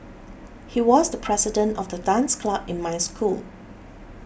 he was the president of the dance club in my school